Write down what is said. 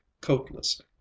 coatless